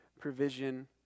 provision